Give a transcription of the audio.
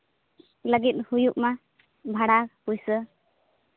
ᱞᱟᱹᱜᱤᱫ ᱦᱩᱭᱩᱜ ᱢᱟ ᱵᱷᱟᱲᱟ ᱯᱩᱭᱥᱟᱹ